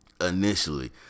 initially